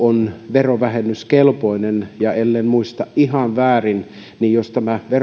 verovähennyskelpoinen ja ellen muista ihan väärin niin jos tämä verovähennysoikeus poistettaisiin